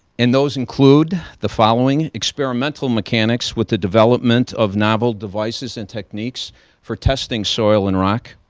and those include the following experimental mechanics with the development of novel devices and techniques for testing soil and rock,